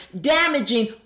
damaging